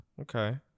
Okay